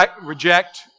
reject